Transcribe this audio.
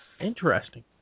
Interesting